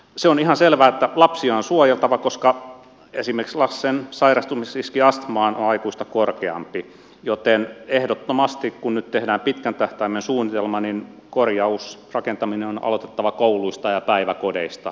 se on ihan selvää että lapsia on suojeltava koska esimerkiksi lapsen sairastumisriski astmaan on aikuista korkeampi joten ehdottomasti kun nyt tehdään pitkän tähtäimen suunnitelma niin korjausrakentaminen on aloitettava kouluista ja päiväkodeista